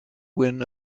win